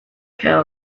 care